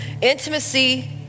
Intimacy